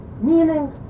Meaning